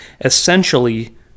essentially